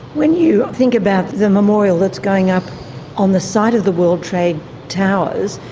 when you think about the memorial that's going up on the site of the world trade towers,